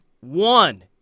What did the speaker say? one